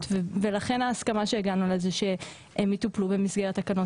ולכן ההסכמה אליה הגענו היא שהן יטפלו במסגרת התקנות.